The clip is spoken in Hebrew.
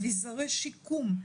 אביזרי שיקום,